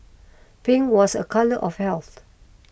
pink was a colour of health